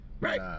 Right